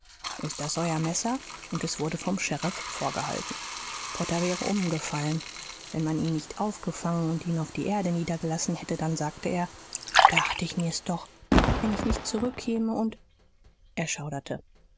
ist das euer messer und es wurde vom sheriff vorgehalten potter wäre umgefallen wenn man ihn nicht aufgefangen und ihn auf die erde niedergelassen hätte dann sagte er dacht ich mir's doch wenn ich nicht zurückkäme und er